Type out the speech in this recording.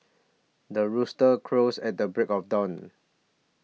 the rooster crows at the break of dawn